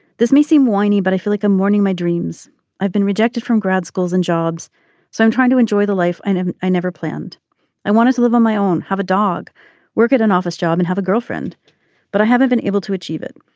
this may seem whiny but i feel like a morning my dreams i've been rejected from grad schools and jobs so i'm trying to enjoy the life and i never planned i wanted to live on my own. have a dog work at an office job and have a girlfriend but i haven't been able to achieve it.